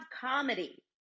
comedy